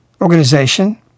organization